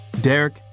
Derek